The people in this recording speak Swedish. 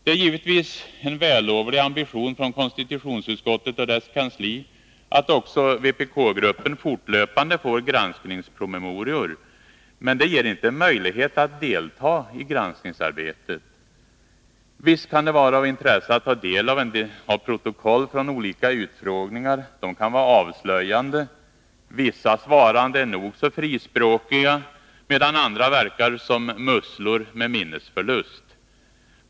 Det är givetvis en vällovlig ambition från konstitutionsutskottet och dess kansli att också vpk-gruppen fortlöpande får granskningspromemorior, men det ger inte möjlighet att delta i granskningsarbetet. Visst kan det vara av intresse att ta del av protokoll från olika utfrågningar. De kan vara avslöjande. Vissa svarande är nog så frispråkiga, medan andra verkar som musslor med minnesförlust.